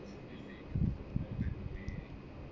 it's